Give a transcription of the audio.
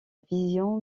vision